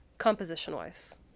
Composition-wise